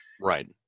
Right